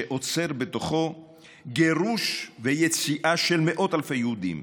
שאוצר בתוכו גירוש ויציאה של מאות אלפי יהודים,